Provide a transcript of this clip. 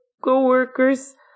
coworkers